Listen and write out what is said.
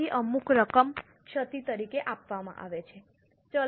તેથી અમુક રકમ ક્ષતિ તરીકે આપવામાં આવે છે